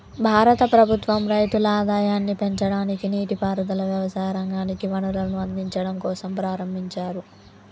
భారత ప్రభుత్వం రైతుల ఆదాయాన్ని పెంచడానికి, నీటి పారుదల, వ్యవసాయ రంగానికి వనరులను అందిచడం కోసంప్రారంబించారు